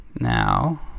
Now